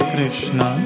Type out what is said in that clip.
Krishna